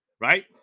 right